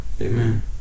Amen